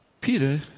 Peter